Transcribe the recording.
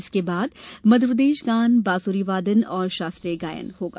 इसके बाद मध्यप्रदेश गान बांसुरी वादन और शास्त्रीय गायन होगा